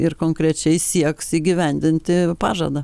ir konkrečiai sieks įgyvendinti pažadą